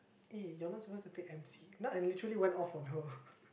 eh you are not supposed to take M_C now I literally went off on her